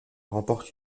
remporte